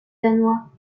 danois